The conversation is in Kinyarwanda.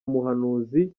umuhanuzi